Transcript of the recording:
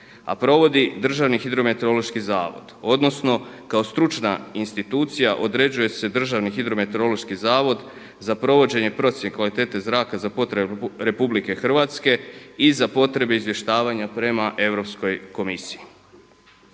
a provodi Državni hidrometeorološki zavod, odnosno kao stručna institucija određuje se Državni hidrometeorološki zavod za provođenje procjene kvalitete zraka za potrebe RH i za potrebe izvještavanja prema Europskoj komisiji.